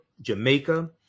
Jamaica